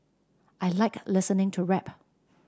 I like listening to rap